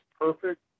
perfect